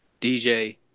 DJ